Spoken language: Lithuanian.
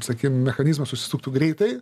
sakykim mechanizmas susisuktų greitai